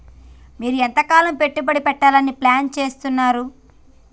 మీరు ఎంతకాలం పెట్టుబడి పెట్టాలని ప్లాన్ చేస్తున్నారు?